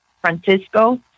Francisco